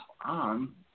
on